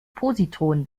positron